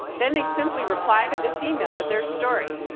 then they simply reply to this email with their story.